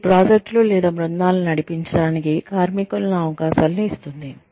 ఇది ప్రాజెక్టులు లేదా బృందాలను నడిపించడానికి కార్మికులకు అవకాశాలను ఇస్తుంది